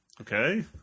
Okay